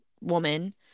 woman